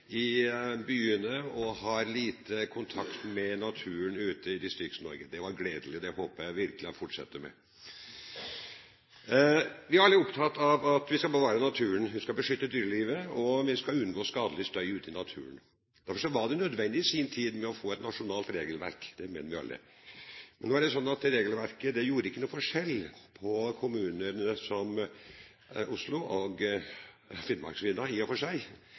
i byene og har liten kontakt med naturen ute i Distrikts-Norge. Det var gledelig, og det håper jeg virkelig han fortsetter med. Vi er alle opptatt av at vi skal bevare naturen, vi skal beskytte dyrelivet og vi skal unngå skadelig støy ute i naturen. Derfor var det nødvendig i sin tid å få et nasjonalt regelverk. Det mener vi alle. Nå er det slik at det regelverket ikke gjorde noen forskjell på en kommune som Oslo og Finnmarksvidda, i og for seg.